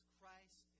Christ